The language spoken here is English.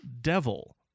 devil